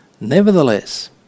Nevertheless